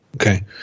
Okay